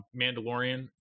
Mandalorian